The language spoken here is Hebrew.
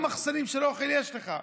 כמה מחסנים של אוכל יש לך?